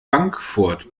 bankfurt